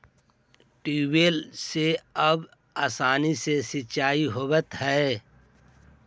tubewell से अब आसानी से सिंचाई होवऽ हइ